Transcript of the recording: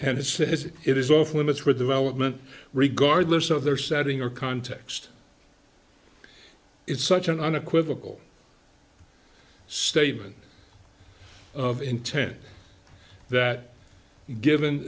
and says it is off limits for development regardless of their setting or context it's such an unequivocal statement of intent that given